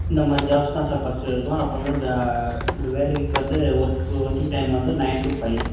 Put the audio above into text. இந்த மாதிரி ஜாப்ஸ் தான் சார் ஃபஸ்ட்டு இருக்கும் அப்புறமேலு வேலைக்கு இப்போ வந்து ஒர்க்கு ஒர்க்கிங் டைம் வந்து நயன் டூ ஃபை